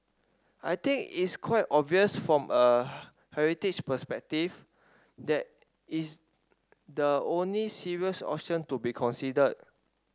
I think it's quite obvious from a heritage perspective that is the only serious option to be considered